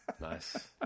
nice